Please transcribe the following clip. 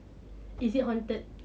is it haunted